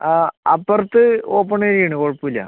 ആ അപ്പുറത്ത് open area ആണ് കുഴപ്പം ഇല്ല